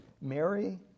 Mary